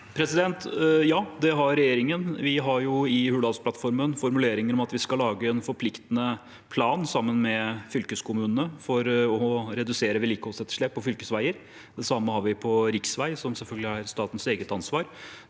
Ja, det har re- gjeringen. I Hurdalsplattformen har vi formuleringer om at vi skal lage en forpliktende plan sammen med fylkeskommunene for å redusere vedlikeholdsetterslepet på fylkesveier. Det samme har vi for riksveier, som selvfølgelig er statens eget ansvar.